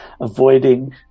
Avoiding